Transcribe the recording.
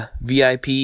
VIP